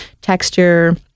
texture